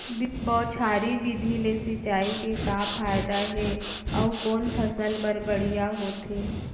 बौछारी विधि ले सिंचाई के का फायदा हे अऊ कोन फसल बर बढ़िया होथे?